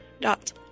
dot